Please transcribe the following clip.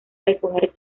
recoger